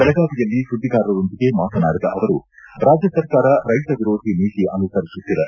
ಬೆಳಗಾವಿಯಲ್ಲಿ ಸುದ್ದಿಗಾರರೊಂದಿಗೆ ಮಾತನಾಡಿದ ಅವರು ರಾಜ್ಯ ಸರ್ಕಾರ ರೈತ ವಿರೋಧಿ ನೀತಿ ಅನುಸರಿಸುತ್ತಿದೆ